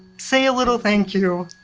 say a little thank you,